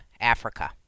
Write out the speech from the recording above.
Africa